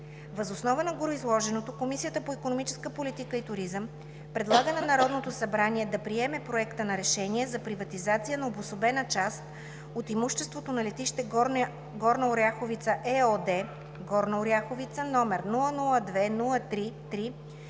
Въз основа на гореизложеното Комисията по икономическа политика и туризъм предлага на Народното събрание да приеме Проекта на решение за приватизация на обособена част от имуществото на „Летище Горна Оряховица“ ЕООД – Горна Оряховица, № 002-03-3,